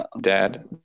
dad